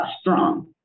strong